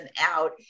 out